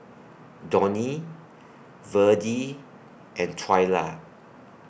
Donny Verdie and Twyla